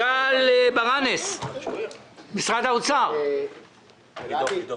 גל ברנס ממשרד האוצר, בבקשה.